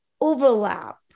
overlap